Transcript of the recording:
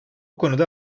konuda